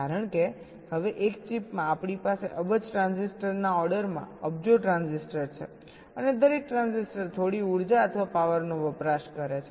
કારણ કે હવે એક ચિપમાં આપણી પાસે એક અબજ ટ્રાન્ઝિસ્ટરના ઓર્ડરમાં અબજો ટ્રાન્ઝિસ્ટર છે અને દરેક ટ્રાન્ઝિસ્ટર થોડી ઉર્જા અથવા પાવરનો વપરાશ કરે છે